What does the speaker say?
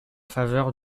faveur